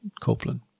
Copeland